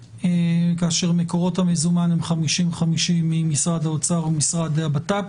כאשר מקורות המזומן הם 50% 50% ממשרד האוצר ומן המשרד לביטחון פנים,